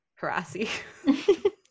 Harassy